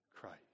Christ